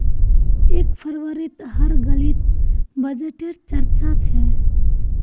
एक फरवरीत हर गलीत बजटे र चर्चा छ